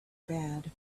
bad